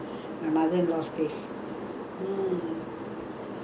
so life goes on like this lah I start working